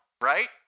right